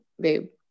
babe